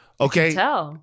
Okay